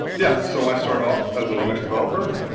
yeah, so i started off as a linux developer,